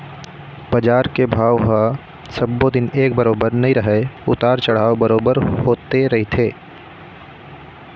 बजार के भाव ह सब्बो दिन एक बरोबर नइ रहय उतार चढ़ाव बरोबर होते रहिथे